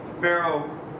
Pharaoh